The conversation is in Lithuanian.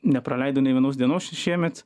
nepraleido nei vienos dienos šiemet